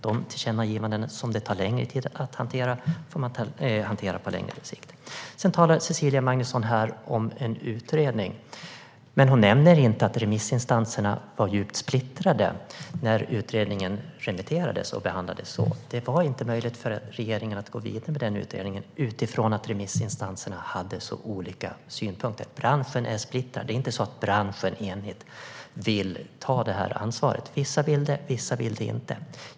De tillkännagivanden som tar längre tid att hantera får man hantera på längre sikt. Cecilia Magnusson talar om en utredning, men hon nämner inte att remissinstanserna var djupt splittrade när utredningen remitterades. Det var inte möjligt för regeringen att gå vidare med denna utredning, eftersom remissinstanserna hade så olika synpunkter. Branschen är splittrad - det är inte så att man enigt vill ta detta ansvar. Vissa vill det, men vissa vill det inte.